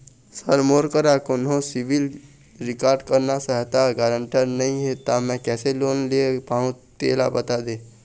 sir मोर करा कोन्हो सिविल रिकॉर्ड करना सहायता गारंटर नई हे ता मे किसे लोन ले पाहुं तेला बता दे